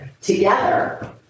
together